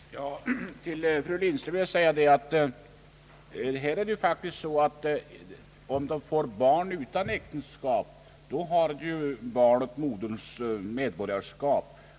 Herr talman! Till fru Lindström vill jag säga att det faktiskt är så att om barnet föds utom äktenskapet får det moderns medborgarskap.